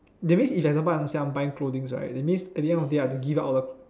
that means if example I'm say I'm buying clothing right that means at the end of the day I have to give up all the